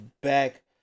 back